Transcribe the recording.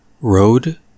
Road